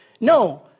No